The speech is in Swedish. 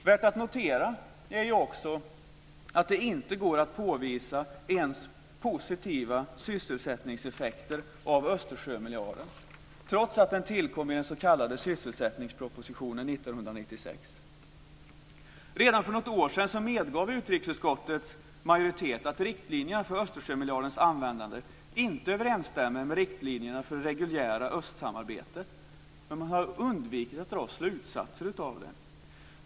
Värt att notera är också att det inte ens går att påvisa positiva sysselsättningseffekter av Redan för något år sedan medgav utrikesutskottets majoritet att riktlinjerna för Östersjömiljardens användande inte överensstämmer med riktlinjerna för det reguljära östsamarbetet, men man har undvikit att dra slutsatser av det.